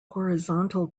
horizontal